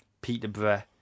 Peterborough